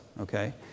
okay